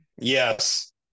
Yes